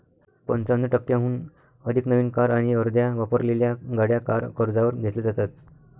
पंचावन्न टक्क्यांहून अधिक नवीन कार आणि अर्ध्या वापरलेल्या गाड्या कार कर्जावर घेतल्या जातात